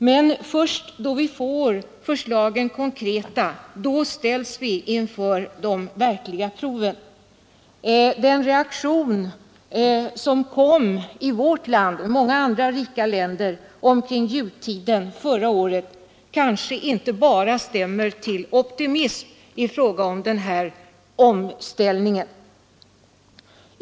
Men först då vi får de konkreta förslagen ställs vi inför de verkliga proven. Den reaktion som kom till uttryck i vårt land och i många andra rika länder omkring jultiden förra året stämmer kanske inte bara till optimism när det gäller denna omställning.